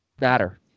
matter